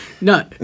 No